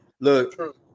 Look